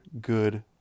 good